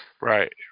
Right